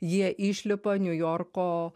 jie išlipa niujorko